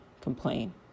complain